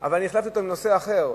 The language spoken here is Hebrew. אבל אני החלפתי אותו בנושא אחר,